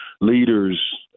leaders